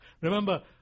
Remember